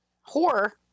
Horror